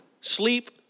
sleep